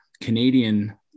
Canadian